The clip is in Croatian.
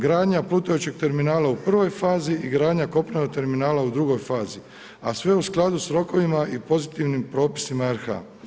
Gradnja plutajuće terminala u prvoj fazi i gradnja kopnenog terminala u drugoj fazi a sve u skladu sa rokovima i pozitivnim propisima RH.